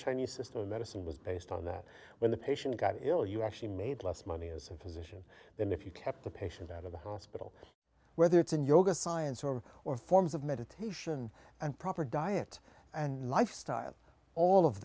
chinese system of medicine was based on that when the patient got ill you actually made less money as a physician than if you kept the patient out of the hospital whether it's in yoga science or or forms of meditation and proper diet and